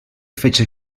fece